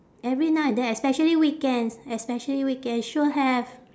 every night then especially weekends especially weekend sure have